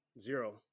Zero